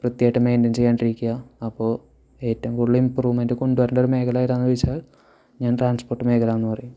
വൃത്തിയായിട്ട് മെയിൻറെയിൻ ചെയ്യാണ്ടിരിക്കുക അപ്പോൾ ഏറ്റവും കൂടുതൽ ഇമ്പ്രൂവ്മെൻറ് കൊണ്ടുവരേണ്ട ഒരു മേഖല ഏതാണെന്ന് ചോദിച്ചാൽ ഞാൻ ട്രാൻസ്പോർട്ട് മേഖല എന്ന് പറയും